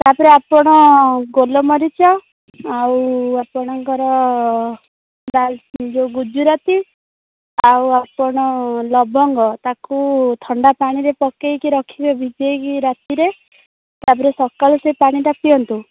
ତା'ପରେ ଆପଣ ଗୋଲମରିଚ ଆଉ ଆପଣଙ୍କର ଯୋଉ ଗୁଜୁରାତି ଆଉ ଆପଣ ଲବଙ୍ଗ ତା'କୁ ଥଣ୍ଡା ପାଣିରେ ପକେଇକି ରଖିବେ ଭିଜେଇକି ରାତିରେ ତା'ପରେ ସକାଳେ ସେ ପାଣିଟା ପିଅନ୍ତୁ